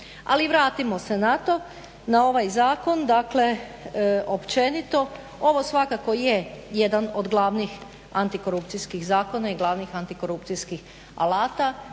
Ali vratimo se na to, na ovaj zakon, dakle općenito ovo svakako je jedan od glavnih antikorupcijskih zakona i glavnih antikorupcijskih alata,